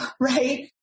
right